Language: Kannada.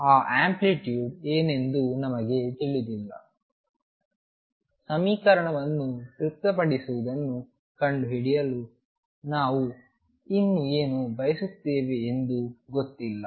ಆ ಅಂಪ್ಲಿಟ್ಯೂಡ್ ಏನೆಂದು ನಮಗೆ ತಿಳಿದಿಲ್ಲ ಸಮೀಕರಣವನ್ನು ತೃಪ್ತಿಪಡಿಸುವುದನ್ನು ಕಂಡುಹಿಡಿಯಲು ನಾವು ಇನ್ನೂ ಏನು ಬಯಸುತ್ತೇವೆ ಎಂದು ಗೊತ್ತಿಲ್ಲ